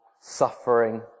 suffering